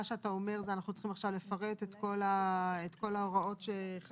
באמת עמלנו כל המשרדים ואנשי המקצוע השונים בברכה מאוד גדולה גם